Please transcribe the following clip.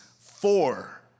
four